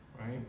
right